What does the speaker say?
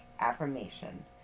Affirmation